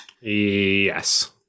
Yes